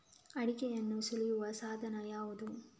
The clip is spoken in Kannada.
ಅಡಿಕೆಯನ್ನು ಸುಲಿಯುವ ಸಾಧನ ಯಾವುದು?